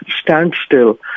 standstill